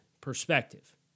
perspective